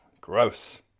gross